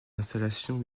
installations